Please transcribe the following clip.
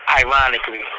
ironically